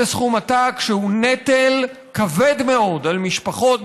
שהוא נטל כבד מאוד על משפחות,